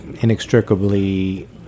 inextricably